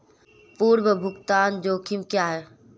पूर्व भुगतान जोखिम क्या हैं?